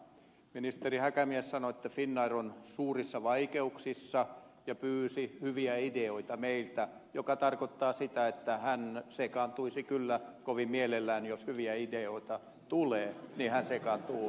ministeri häkämies sanoi että finnair on suurissa vaikeuksissa ja pyysi hyviä ideoita meiltä mikä tarkoittaa sitä että hän sekaantuisi kyllä kovin mielellään jos hyviä ideoita tulee hän sekaantuu toimintaan